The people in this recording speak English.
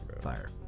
fire